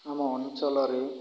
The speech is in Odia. ଆମ ଅଞ୍ଚଳରେ